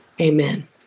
Amen